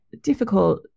difficult